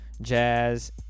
Jazz